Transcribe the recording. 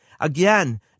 again